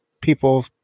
people